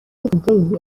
دیگه